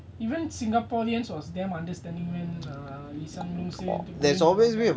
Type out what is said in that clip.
that's why even singaporeans was damn understanding when err lee hsien loong say going to lockdown